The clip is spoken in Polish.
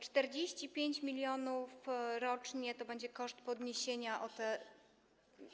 45 mln rocznie to będzie koszt podniesienia tego.